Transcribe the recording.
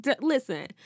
Listen